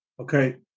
Okay